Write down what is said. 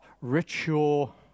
ritual